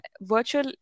virtual